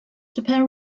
japan